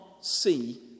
see